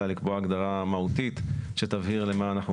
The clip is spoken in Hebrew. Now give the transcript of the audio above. אלא לקבוע הגדרה מהותית שתבהיר למה אנחנו